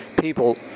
people